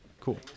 Cool